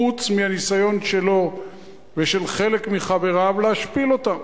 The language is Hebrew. חוץ מניסיון שלו ושל חלק מחבריו להשפיל אותם